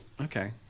okay